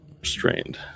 Restrained